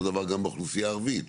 אותו דבר גם באוכלוסייה הערבית.